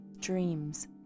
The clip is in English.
dreams